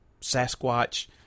Sasquatch